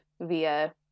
via